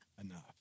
enough